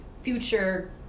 future